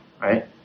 right